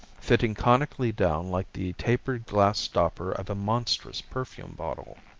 fitting conically down like the tapered glass stopper of a monstrous perfume bottle.